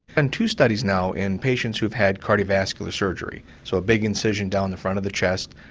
and two studies now, in patients who've had cardiovascular surgery. so big incision down the front of the chest,